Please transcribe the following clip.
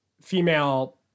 female